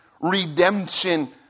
redemption